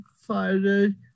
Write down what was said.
Friday